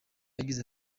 yagize